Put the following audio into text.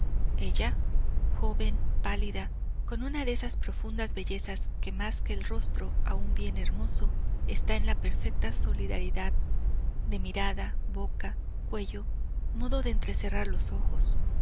ella joven pálida con una de esas profundas bellezas que más que en el rostro aún bien hermoso están en la perfecta solidaridad de mirada boca cuello modo de entrecerrar los ojos